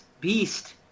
Beast